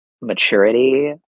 maturity